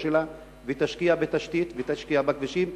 שלה ותשקיע בתשתית ותשקיע בכבישים.